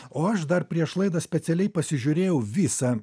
o aš dar prieš laidą specialiai pasižiūrėjau visą